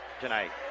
tonight